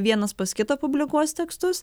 vienas pas kitą publikuos tekstus